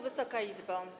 Wysoka Izbo!